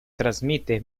transmite